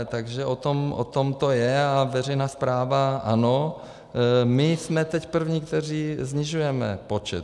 Takže o tom to je a veřejná správa ano, my jsme teď první, kteří snižujeme počet.